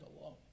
alone